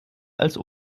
als